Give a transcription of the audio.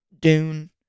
Dune